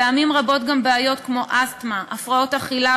פעמים רבות גם בעיות כמו אסתמה והפרעות אכילה,